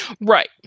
right